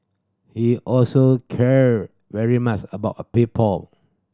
he also cared very much about a people